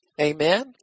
Amen